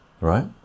right